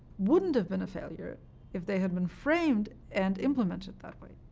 wouldn't have been a failure if they had been framed and implemented that way,